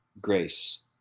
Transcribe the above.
grace